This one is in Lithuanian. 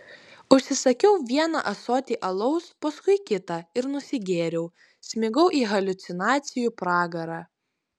užsisakiau vieną ąsotį alaus paskui kitą ir nusigėriau smigau į haliucinacijų pragarą